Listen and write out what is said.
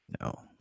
No